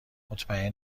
مطمئن